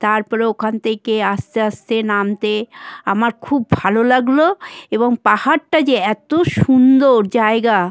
তারপরে ওখান থেকে আস্তে আস্তে নামতে আমার খুব ভালো লাগল এবং পাহাড়টা যে এত সুন্দর জায়গা